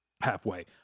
halfway